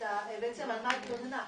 בעצם על מה התלונה.